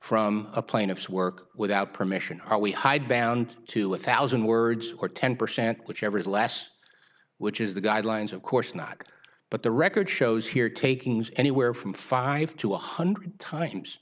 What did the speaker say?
from a plaintiff's work without permission are we hide bound to a thousand words or ten percent whichever is less which is the guidelines of course not but the record shows here takings anywhere from five to one hundred times